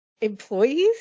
employees